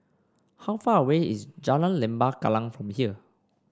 how far away is Jalan Lembah Kallang from here